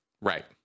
Right